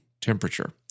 temperature